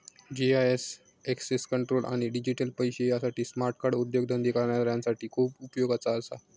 GIS access control आणि डिजिटल पैशे यासाठी स्मार्ट कार्ड उद्योगधंदे करणाऱ्यांसाठी खूप उपयोगाचा असा